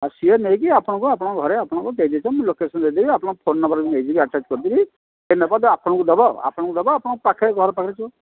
ହଁ ସେ ନେଇକି ଆପଣଙ୍କୁ ଆପଣଙ୍କ ଘରେ ଆପଣଙ୍କୁ ଦେଇ ଦେଇଥିବ ଆପଣଙ୍କ ମୁଁ ଲୋକେସନ୍ ଦେଇଦେବି ଆପଣଙ୍କ ଫୋନ୍ ନମ୍ବର୍ ବି ନେଇଯିବି ଆଟାଚ୍ କରିଦେବି ସେ ନେବ ଯେ ଆପଣଙ୍କୁ ଦେବ ଆପଣଙ୍କୁ ଦେବ ଆପଣଙ୍କ ପାଖରେ ଘର ପାଖରେ ଥିବ